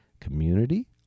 community